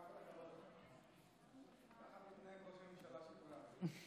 ככה מתנהג ראש הממשלה של כולם.